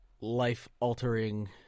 life-altering